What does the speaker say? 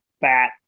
fat